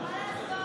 --- מה לעשות?